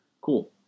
Cool